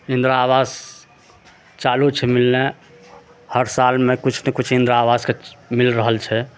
इंदिरा आवास चालू छै मिलनाइ हर सालमे किछु ने किछु इंदिरा आवासके मिल रहल छै